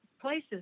places